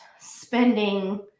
spending